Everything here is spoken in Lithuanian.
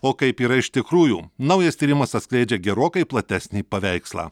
o kaip yra iš tikrųjų naujas tyrimas atskleidžia gerokai platesnį paveikslą